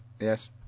Yes